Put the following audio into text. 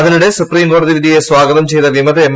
അതിനിടെ സുപ്രീംകോടതി വിധിയെ സ്വാഗതം ചെയ്ത വിമത എം